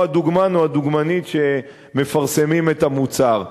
הדוגמן או הדוגמנית שמפרסמים את המוצר.